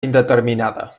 indeterminada